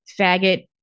faggot